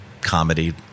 Comedy